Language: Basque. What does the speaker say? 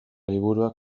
liburuak